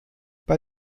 bei